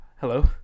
hello